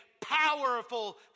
powerful